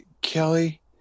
Kelly